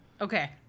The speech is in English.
Okay